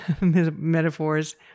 metaphors